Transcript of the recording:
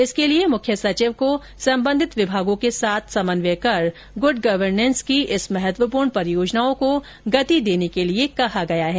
इसके लिए मुख्य सचिव को संबंधित विभागों के साथ समन्वय कर गुड गवर्नेस की इस महत्वपूर्ण परियोजना को गति देने के निर्देश दिए हैं